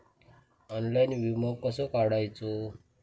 Online विमो कसो काढायचो?